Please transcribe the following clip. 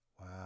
Wow